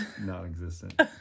non-existent